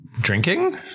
drinking